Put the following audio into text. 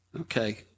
okay